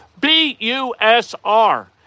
BUSR